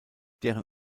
deren